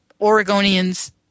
oregonians